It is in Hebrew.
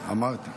אמרתי.